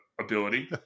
ability